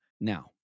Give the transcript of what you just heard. now